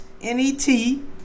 n-e-t